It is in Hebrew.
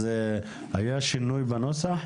היה שינוי בנוסח?